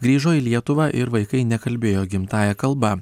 grįžo į lietuvą ir vaikai nekalbėjo gimtąja kalba